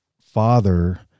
father